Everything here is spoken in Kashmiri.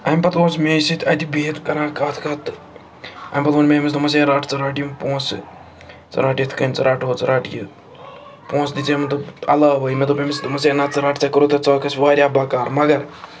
اَمہِ پَتہٕ اوس مے سۭتۍ اَتہِ بِہِتھ کَران کَتھ کَتھ تہٕ اَمہِ پَتہٕ ووٚن مےٚ أمِس دوٚپمَس ہے رَٹ ژٕ رَٹ یِم پونٛسہٕ ژٕ رَٹ یِتھ کٔنۍ ژٕ رَٹ ہُہ ژٕ رَٹ یہِ پونٛسہٕ دِژے مےٚ دوٚپ علاوٕے مےٚ دوٚپ أمِس دوٚپمَس ہے نہ ژٕ رَٹ ژےٚ کوٚرُکھ ژٕ آکھ وارِیاہ بَکار مَگر